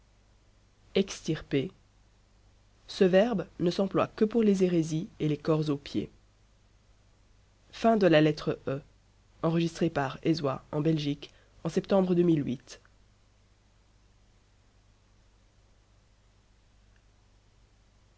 extirper ce verbe ne s'emploie que pour les hérésies et les cors aux pieds